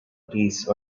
piece